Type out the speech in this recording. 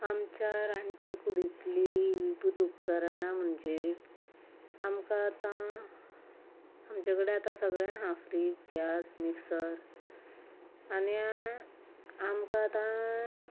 आमच्या रांदचे कुडींतलीं विद्यूत उपकरणां म्हणचे आमकां आतां आमचे कडेन आतां सगळें आसा फ्रीज गॅस मिक्सर आनी आमकां आतां